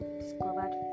discovered